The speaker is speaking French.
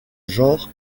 genre